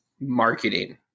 marketing